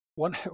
One